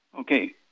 Okay